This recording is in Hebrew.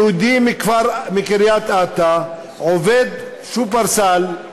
יהודי מקריית-אתא עובד "שופרסל"